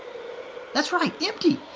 that's right. empty!